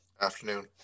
Afternoon